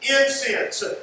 incense